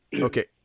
Okay